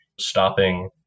stopping